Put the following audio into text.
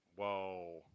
Whoa